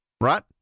right